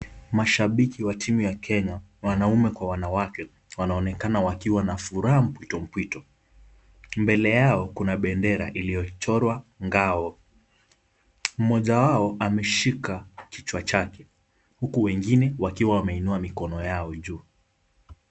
Mashabiki wa timu ya kenya, wanaume kwa wanawake wanaonekana wakiwa na furaha mpwitompwito. Mbele yao kuna bendera iliyochorwa ngao. Mmoja wao ameshika kichwa chake huku wengine wakiwa wameinua mikono yao juu.